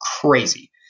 crazy